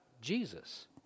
Jesus